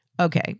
Okay